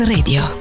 Radio